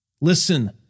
Listen